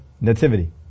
nativity